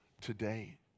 today